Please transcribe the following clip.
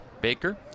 Baker